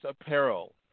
Apparel